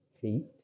feet